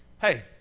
hey